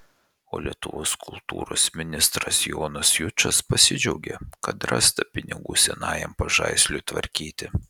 o lietuvos kultūros ministras jonas jučas pasidžiaugė kad rasta pinigų senajam pažaisliui tvarkyti